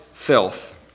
Filth